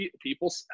people